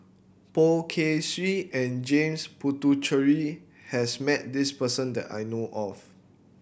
Poh Kay Swee and James Puthucheary has met this person that I know of